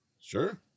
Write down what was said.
Sure